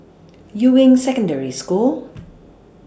Yuying Secondary School